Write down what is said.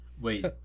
Wait